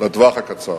בטווח הקצר,